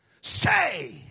say